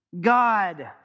God